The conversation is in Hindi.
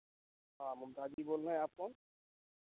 हाँ मुमताज जी बोल रहे हैं आप कौन